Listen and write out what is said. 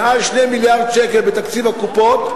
מעל 2 מיליארד שקל בתקציב הקופות,